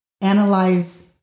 analyze